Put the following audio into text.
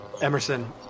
emerson